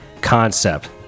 concept